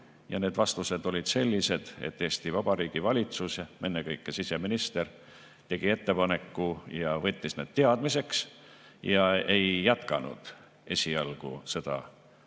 ja need vastused olid sellised, et Eesti Vabariigi valitsus, ennekõike siseminister tegi ettepaneku ja võttis need teadmiseks ning ei jätkanud esialgu seda protsessi.